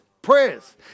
Prayers